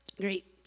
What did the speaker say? Great